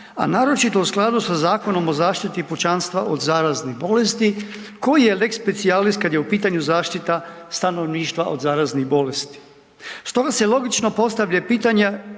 a naročito u skladu sa Zakonom o zaštiti pučanstva od zaraznih bolesti koje je lex specialis kada je u pitanju zaštita stanovništva od zaraznih bolesti. Stoga se logično postavlja pitanje,